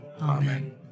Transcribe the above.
Amen